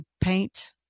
paint